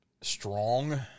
strong